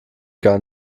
gar